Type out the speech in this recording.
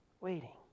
waiting